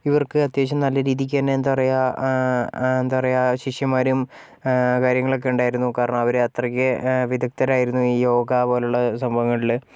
ഇവർക്ക് അത്യാവശ്യം നല്ല രീതിക്ക് തന്നെ എന്താ പറയുക എന്താ പറയുക ശിഷ്യന്മാരും കാര്യങ്ങളുമൊക്കെ ഉണ്ടായിരുന്നു കാരണം അവര് അത്രയ്ക്ക് വിധക്തരായിരുന്നു ഈ യോഗ പോലുള്ള സംഭവങ്ങളില്